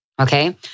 Okay